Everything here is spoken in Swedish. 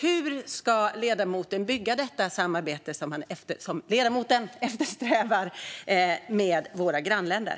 Hur ska ledamoten bygga detta samarbete som han eftersträvar med våra grannländer?